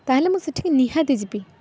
ତାହାଲେ ମୁଁ ସେଠିକି ନିହାତି ଯିବି